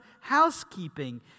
housekeeping